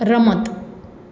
રમત